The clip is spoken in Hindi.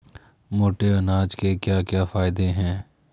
मोटे अनाज के क्या क्या फायदे हैं?